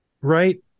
right